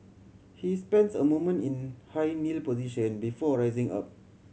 he spends a moment in high kneel position before rising up